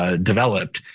ah developed.